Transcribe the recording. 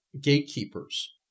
gatekeepers